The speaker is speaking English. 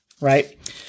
right